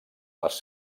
les